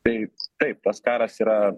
taip taip pats karas yra